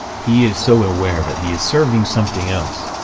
he is so aware that he is serving something else.